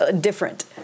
different